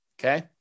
Okay